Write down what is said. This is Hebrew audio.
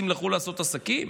הם יחזרו לעשות עסקים.